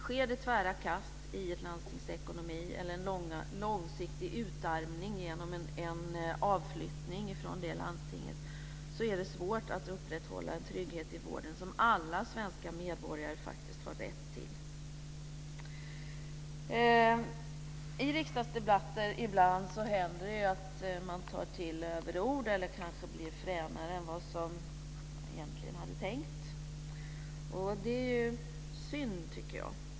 Sker det tvära kast i ett landstings ekonomi eller långsiktig utarmning genom en avflyttning från det landstinget är det svårt att upprätthålla en trygghet i vården som alla svenska medborgare faktiskt har rätt till. I riksdagsdebatter händer det ibland att man tar till överord eller kanske blir fränare än vad som egentligen var tänkt. Det är synd.